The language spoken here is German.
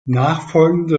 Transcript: nachfolgende